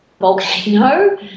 volcano